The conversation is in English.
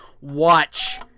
watch